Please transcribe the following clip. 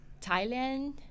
Thailand